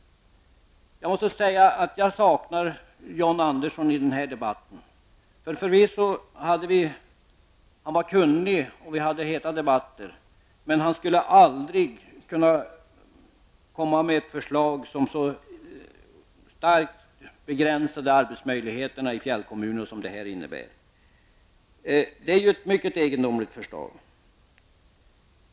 Jag måste säga att jag saknar John Andersson i den här debatten. Han var kunnig, och vi hade heta debatter, men han skulle förvisso aldrig ha lagt fram ett förslag som så starkt begränsade arbetsmöjligheterna i fjällkommunerna som det här gör. Det är ett mycket egendomligt förslag.